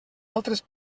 altres